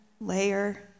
layer